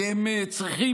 כי הם צריכים